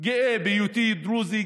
גאה בהיותי דרוזי,